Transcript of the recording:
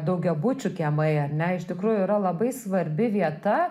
daugiabučių kiemai ar ne iš tikrųjų yra labai svarbi vieta